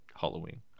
Halloween